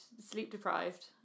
sleep-deprived